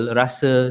rasa